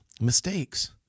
Mistakes